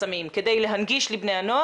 להתארגן.